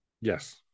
yes